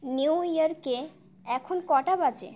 new ইয়র্কে এখন কটা বাজে